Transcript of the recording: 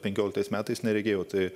penkioliktais metais nereikėjo tai